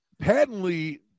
patently –